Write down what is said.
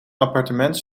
appartement